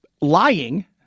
lying